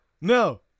No